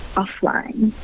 offline